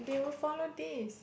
they will follow this